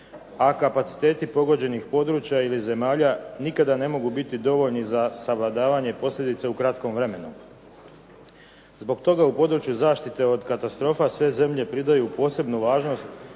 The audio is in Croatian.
a kapaciteti pogođenih područja ili zemlja nikada ne mogu biti dovoljni za savladavanje posljedica u kratkom vremenu. Zbog toga u području zaštite od katastrofa sve zemlje pridaju posebnu važnost